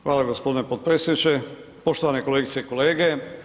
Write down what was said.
Hvala gospodine potpredsjedniče, poštovane kolegice i kolege.